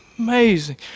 Amazing